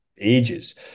ages